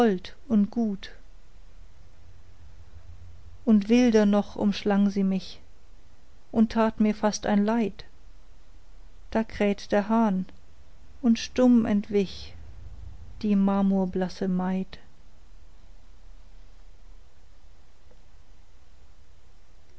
und gut und wilder noch umschlang sie mich und tat mir fast ein leid da kräht der hahn und stumm entwich die marmorblasse maid